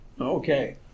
Okay